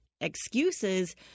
excuses